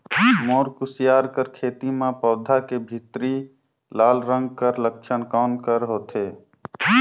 मोर कुसियार कर खेती म पौधा के भीतरी लाल रंग कर लक्षण कौन कर होथे?